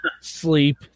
sleep